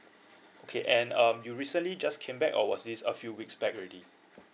okay and um you recently just came back or was this a few weeks back already